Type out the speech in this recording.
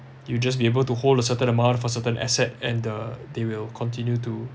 you just be able to hold a certain amount for certain assets and the they will continue to